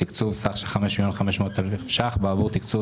תקצוב סך של 5 מיליון ו-500 אלף שקלים עבור תקצוב